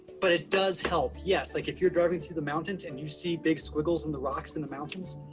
but it does help, yes. like if you're driving through the mountains and you see big squiggles in the rocks in the mountains,